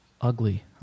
ugly